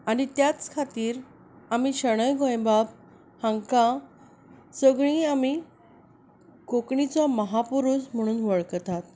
आनी त्याच खातीर आमी शणै गोंयबाब हांका सगळी आमी कोंकणीचो महापुरुश म्हणून वळखतात